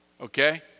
okay